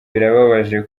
birababaje